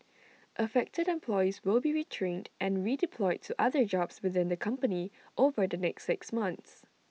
affected employees will be retrained and redeployed to other jobs within the company over the next six months